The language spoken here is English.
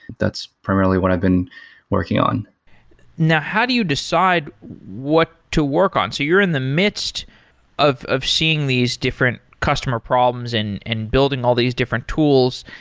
that's primarily what i've been working on now how do you decide what to work on? so you're in the midst of of seeing these different customer problems and and building all these different tools,